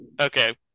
okay